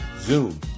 zoom